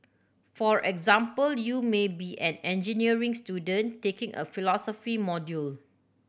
for example you may be an engineering student taking a philosophy module